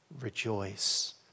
rejoice